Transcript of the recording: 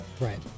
Right